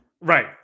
Right